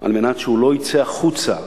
על מנת שלא לצאת החוצה.